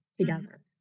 together